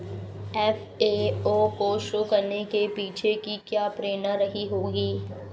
FAO को शुरू करने के पीछे की क्या प्रेरणा रही होगी?